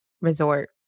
resort